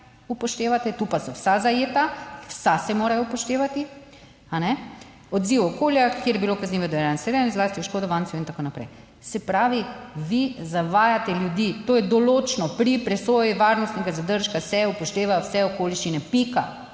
upoštevate, tu pa so vsa zajeta, vsa se morajo upoštevati, kajne, odziv okolja, kjer je bilo kaznivo dejanje storjeno in zlasti oškodovancev in tako naprej. Se pravi, vi zavajate ljudi. To je določno. Pri presoji varnostnega zadržka se upošteva vse okoliščine. Pika.